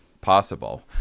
possible